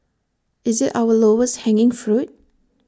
is IT our lowest hanging fruit